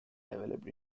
developed